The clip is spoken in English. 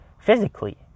physically